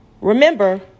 Remember